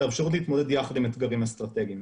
את האפשרות להתמודד יחד עם אתגרים אסטרטגיים.